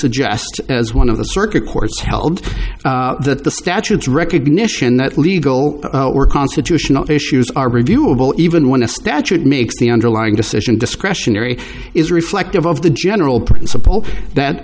suggest as one of the circuit courts held that the statutes recognition that legal or constitutional issues are reviewable even when a statute makes the underlying decision discretionary is reflective of the general principle that